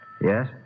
Yes